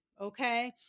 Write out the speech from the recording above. Okay